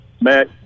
Matt